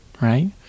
right